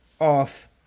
off